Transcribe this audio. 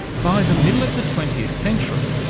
by the middle of the twentieth century,